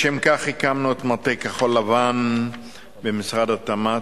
לשם כך הקמנו את מטה כחול-לבן במשרד התמ"ת,